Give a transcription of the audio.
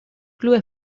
club